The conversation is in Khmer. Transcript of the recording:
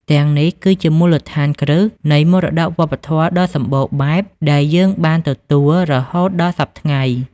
ទាំងនេះគឺជាមូលដ្ឋានគ្រឹះនៃមរតកវប្បធម៌ដ៏សម្បូរបែបដែលយើងបានទទួលរហូតដល់សព្វថ្ងៃ។